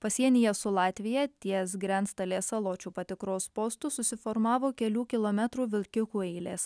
pasienyje su latvija ties grenctalės saločių patikros postu susiformavo kelių kilometrų vilkikų eilės